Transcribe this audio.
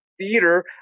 theater